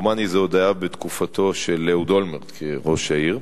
דומני זה היה עוד בתקופתו של אהוד אולמרט כראש העיר,